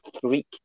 freak